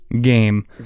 game